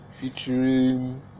featuring